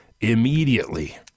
immediately